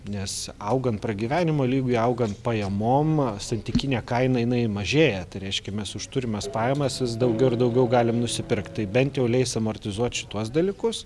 nes augant pragyvenimo lygiui augant pajamom santykinė kaina jinai mažėja tai reiškia mes už turimas pajamas vis daugiau ir daugiau galim nusipirkt tai bent jau leis amortizuoti šituos dalykus